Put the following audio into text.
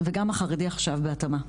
גם החרדי עכשיו בהתאמה.